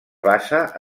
basa